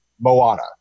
Moana